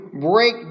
break